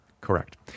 Correct